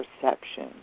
perception